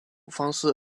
方式